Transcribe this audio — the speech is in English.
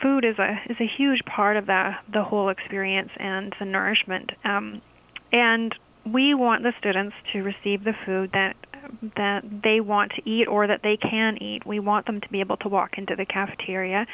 food is a is a huge part of that the whole experience and the nourishment and we want the students to receive the food that they want to eat or that they can eat we want them to be able to walk into the cafeteria